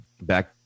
back